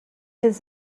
his